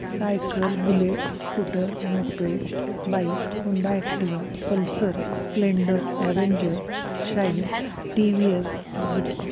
cycle bullet scooter moped bike Honda Activa pulsar splendor avenger shine TVS Suzuki